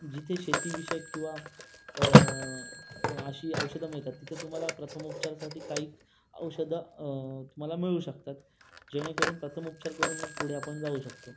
जिथे शेतीविषयक किंवा अशी औषधं मिळतात तिथे तुम्हाला प्रथम उपचारासाठी काही औषधं तुम्हाला मिळू शकतात जेणेकरून प्रथमोपचार करून मग पुढे आपण जाऊ शकतो